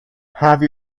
have